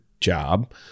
job